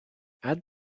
add